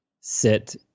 sit